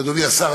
שאדוני השר,